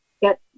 get